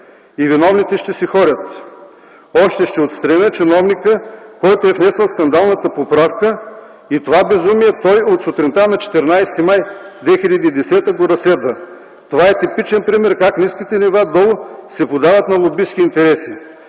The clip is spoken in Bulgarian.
и „Виновните ще си ходят”. Още: „Ще отстраня чиновника, който е внесъл скандалната поправка.”, и той разследва това безумие още от сутринта на 14 май 2010 г. Това е типичен пример как ниските нива долу се поддават на лобистки интереси.